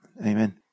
Amen